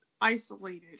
isolated